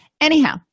Anyhow